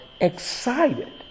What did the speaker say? excited